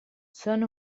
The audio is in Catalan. són